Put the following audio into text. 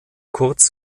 kurz